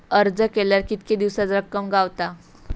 अर्ज केल्यार कीतके दिवसात रक्कम गावता?